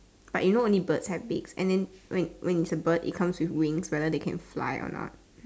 but you know only bird have beaks and than when when its a bird it comes with wings rather they can fly or not